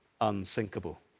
unsinkable